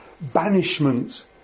banishment